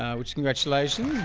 ah which congratulations.